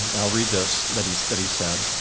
i'll read this that he so that he said,